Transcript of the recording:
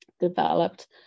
developed